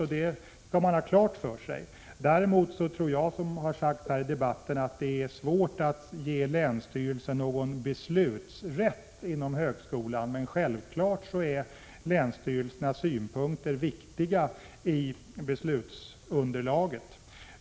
Däremot tror jag, vilket också framhållits här i debatten, att det är svårt att ge länsstyrelsen någon beslutsrätt inom högskolan, men självfallet är länsstyrelsernas synpunkter viktiga i beslutsunderlaget.